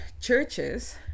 churches